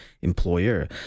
employer